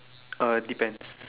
uh depends